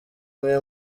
amwe